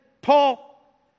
Paul